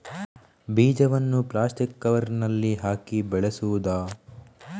ಬೀಜವನ್ನು ಪ್ಲಾಸ್ಟಿಕ್ ಕವರಿನಲ್ಲಿ ಹಾಕಿ ಬೆಳೆಸುವುದಾ?